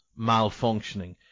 malfunctioning